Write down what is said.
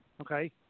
okay